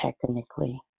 technically